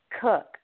Cook